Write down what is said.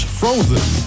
frozen